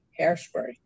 Hairspray